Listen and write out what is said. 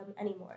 anymore